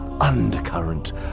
undercurrent